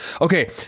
Okay